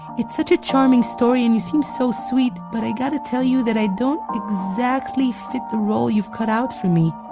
it's such a charming story, and you seem so sweet, but i gotta tell you that i don't exactly fit the role you've cut out for me.